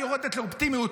יורדת לאופטימיות